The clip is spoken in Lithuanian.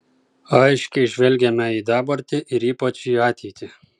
aiškiai žvelgiame į dabartį ir ypač į ateitį